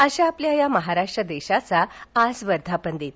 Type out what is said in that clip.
अश्या आपल्या महाराष्ट्र देशाचा आज वर्धापन दिवस